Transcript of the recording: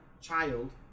child